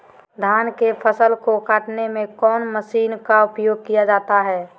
धान के फसल को कटने में कौन माशिन का उपयोग किया जाता है?